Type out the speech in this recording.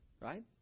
Right